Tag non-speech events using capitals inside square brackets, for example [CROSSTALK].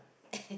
[LAUGHS]